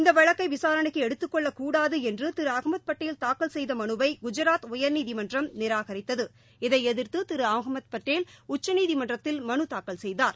இந்த வழக்கை விசாரணைக்கு எடுத்துக் கொள்க்கூடாது என்று திரு அகமது பட்டேல் தாக்கல் செய்த மனுவை குஜராத் உயர்நீதிமன்றம் நிராகரித்தது இதை எதிர்த்து திரு அமமது பட்டேல் உச்சநீதிமன்றத்தில் மனு தாக்கல் செய்தார்